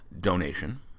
donation